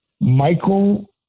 Michael